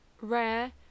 rare